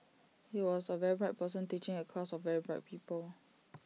here was A very bright person teaching A class of very bright people